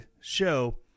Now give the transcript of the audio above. show